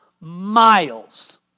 miles